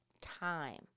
time